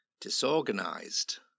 disorganized